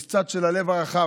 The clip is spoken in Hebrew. יש צד של הלב הרחב.